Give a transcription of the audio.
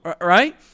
right